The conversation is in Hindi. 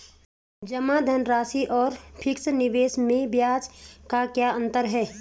जमा धनराशि और फिक्स निवेश में ब्याज का क्या अंतर है?